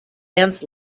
ants